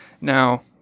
Now